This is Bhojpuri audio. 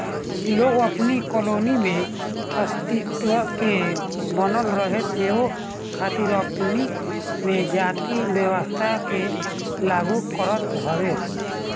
इ लोग अपनी कॉलोनी के अस्तित्व के बनल रहे देवे खातिर अपनी में जाति व्यवस्था के लागू करत हवे